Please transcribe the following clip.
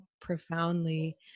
profoundly